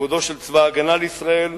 כבודו של צבא-הגנה לישראל,